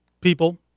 people